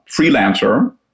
freelancer